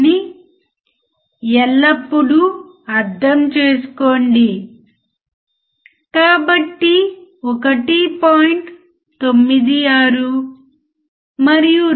మీరు చెప్పేది అర్ధవంతమైనది అని ఆయనకు నమ్మకం ఉంటే అప్పుడు మీకు ఈ సబ్జెక్ట్ ఇప్పటికే తెలుసునని అర్థం